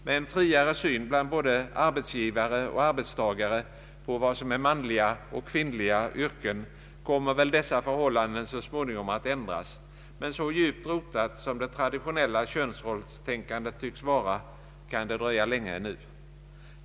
Med en friare syn hos både arbetsgivare och arbetstagare på vad som är manliga och kvinnliga yrken kommer dessa förhållanden väl så småningom att ändras. Men så djupt rotat som det traditionella könsrollstänkandet tycks vara, kan det dröja länge ännu.